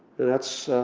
and that's.